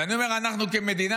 ואני אומר "אנחנו כמדינה",